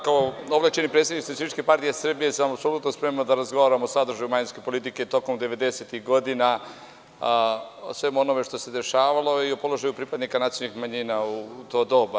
Kao ovlašćeni predstavnik SPS sam apsolutno spreman da razgovaram o sadržaju manjinske politike tokom devedesetih godina, o svemu onome što se dešavalo i o položaju pripadnika nacionalnih manjina u to doba.